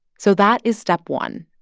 so that is step one.